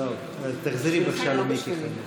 אינו נוכח תחזרי למיקי חיימוביץ'.